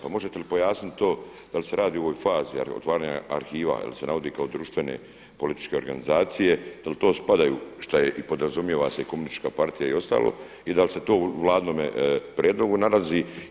Pa možete li pojasniti to da li se radi u ovoj fazi otvaranje arhiva jer se navodi kao društvene političke organizacije dal u to spadaju šta je i podrazumijeva se komunistička partija i ostalo i da li se to u vladinome prijedlogu nalazi?